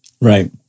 Right